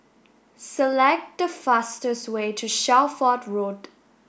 select the fastest way to Shelford Road